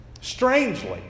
strangely